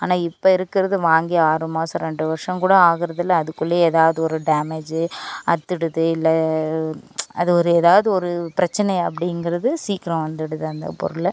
ஆனால் இப்போ இருக்கிறது வாங்கி ஆறு மாசம் ரெண்டு வருடம் கூட ஆகுறதில்ல அதுக்குள்ளயே ஏதாவது ஒரு டேமேஜு அறுத்துடுது இல்லை அது ஒரு ஏதாவது ஒரு பிரச்சினை அப்படிங்கிறது சீக்கிரம் வந்துடுது அந்த பொருளில்